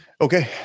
okay